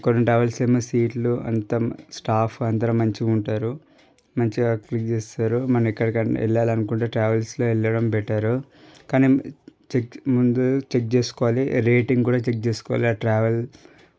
కొన్ని ట్రావెల్స్ ఏమో సీట్లు అంత స్టాఫ్ అంతా మంచిగా ఉంటారు మంచిగా ట్రీట్ చేస్తారు మనకి ఎక్కడికన్నా వెళ్లాలి అనుకుంటే ట్రావెల్స్లో వెళ్ళడం బెటరు కాని చె ముందు చెక్ చేసుకోవాలి రేటింగ్ కూడా చెక్ చేసుకోవాలి ఆ ట్రావెల్